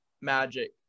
Magic